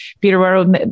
Peterborough